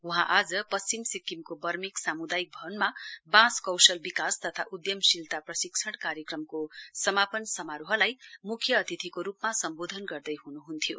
वहाँ आज पश्चिम सिक्किमको वर्मेक सामुदायिक भवनमा बाँस कौशल विकास तथा उद्दयमशीलता प्रशिक्षण कार्यक्रमको समापन समारोहलाई मुख्य अतिथिको रूपमा सम्बोधन गर्दै हुनुहुन्थ्यो